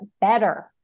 better